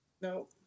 No